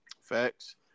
Facts